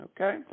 Okay